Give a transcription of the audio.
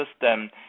system